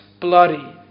Bloody